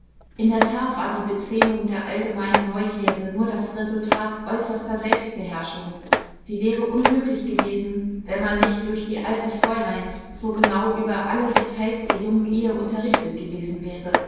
in der tat war die bezähmung der allgemeinen neugierde nur das resultat äußerster selbstbeherrschung sie wäre unmöglich gewesen wenn man nicht durch die alten fräuleins so genau über alle details der jungen ehe unterrichtet gewesen wäre